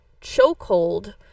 chokehold